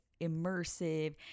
immersive